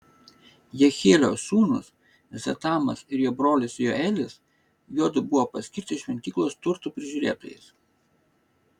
jehielio sūnūs zetamas ir jo brolis joelis juodu buvo paskirti šventyklos turtų prižiūrėtojais